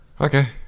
okay